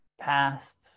past